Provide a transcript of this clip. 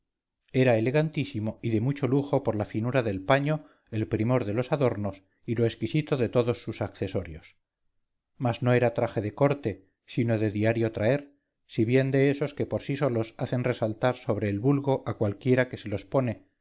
era elegantísimo y de mucho lujo por la finura del paño el primor de los adornos y lo exquisito de todos sus accesorios mas no era traje de corte sino de diario traer si bien de esos que por sí solos hacen resaltar sobre el vulgo a cualquiera que se los pone